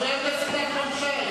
חבר הכנסת נחמן שי,